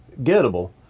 gettable